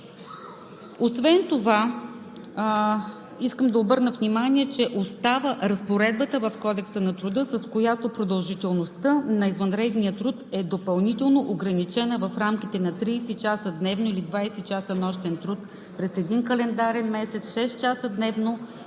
Освен това искам да обърна внимание, че остава разпоредбата в Кодекса на труда, с която продължителността на извънредния труд е допълнително ограничена в рамките на 30 часа дневно, или 20 часа нощен труд през един календарен месец, 6 часа дневно,